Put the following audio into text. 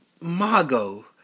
Mago